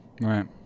right